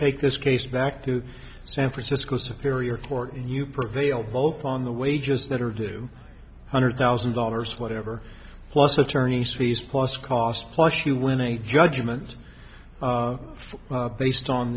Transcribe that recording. take this case back to san francisco superior court and you prevail both on the way just that or do hundred thousand dollars or whatever plus attorney's fees plus costs plus you winning judgments based on